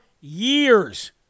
years